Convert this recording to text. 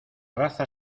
raza